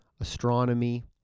astronomy